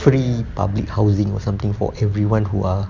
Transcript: free public housing or something for everyone who are